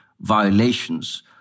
violations